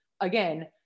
again